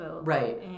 Right